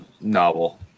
novel